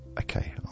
Okay